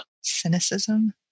Cynicism